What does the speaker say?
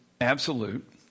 absolute